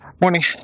morning